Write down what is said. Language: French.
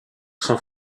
son